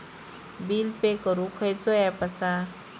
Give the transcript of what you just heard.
Bill pay करूक खैचो app असा?